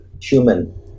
human